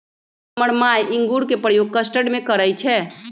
हमर माय इंगूर के प्रयोग कस्टर्ड में करइ छै